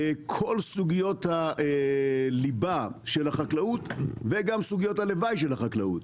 כל סוגיות הליבה של החקלאות וגם סוגיות הלוואי של החקלאות.